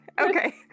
Okay